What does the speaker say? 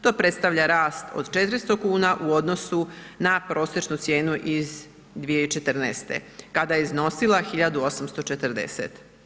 To predstavlja rast od 400 kuna u odnosu na prosječnu cijenu iz 2014. kada je iznosila 1.840.